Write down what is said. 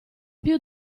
più